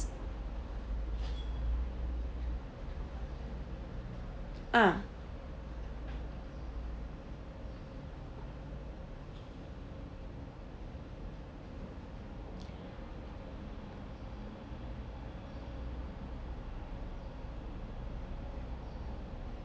ah